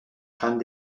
crâne